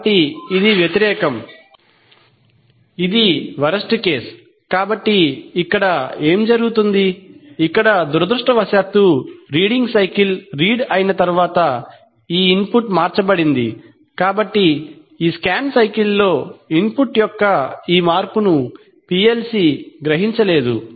కాబట్టి ఇది వ్యతిరేకం ఇది వరస్ట్ కేస్ కాబట్టి ఇక్కడ ఏమి జరుగుతోంది ఇక్కడ దురదృష్టవశాత్తు రీడింగ్ సైకిల్ రీడ్ అయిన తర్వాత ఈ ఇన్పుట్ మార్చబడింది కాబట్టి ఈ స్కాన్ సైకిల్ లో ఇన్పుట్ యొక్క ఈ మార్పును PLC గ్రహించలేదు